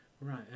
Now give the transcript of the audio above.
right